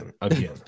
again